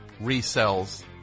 resells